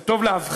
זה טוב להפחיד,